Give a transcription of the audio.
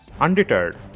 Undeterred